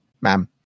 ma'am